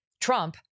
Trump